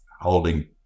holding